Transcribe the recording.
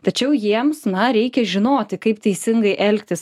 tačiau jiems na reikia žinoti kaip teisingai elgtis